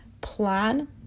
plan